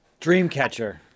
Dreamcatcher